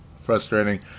frustrating